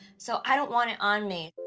so, i don't want it on me.